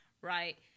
right